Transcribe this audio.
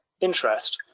interest